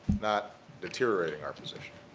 not deteriorating our position.